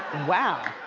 wow.